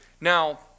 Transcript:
Now